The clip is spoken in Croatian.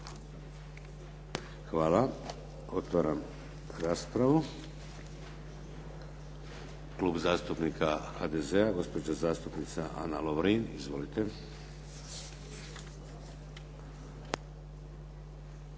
Hvala. Otvaram raspravu. Klub zastupnika HDZ-a, gospođa zastupnica Ana Lovrin. Izvolite.